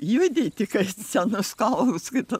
judinti kai senus kitas